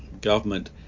government